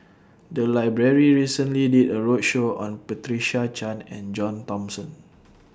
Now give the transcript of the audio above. The Library recently did A roadshow on Patricia Chan and John Thomson